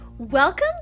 Welcome